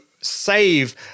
save